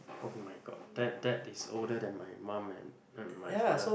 oh-my-god that that is older than my mum and and my father